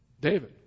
David